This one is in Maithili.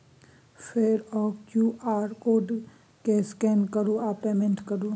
फेर ओ क्यु.आर कोड केँ स्कैन करु आ पेमेंट करु